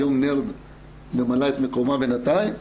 היום נרד ממלאה את מקומה בינתיים.